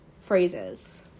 phrases